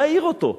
מה העיר אותו?